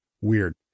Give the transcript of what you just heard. weird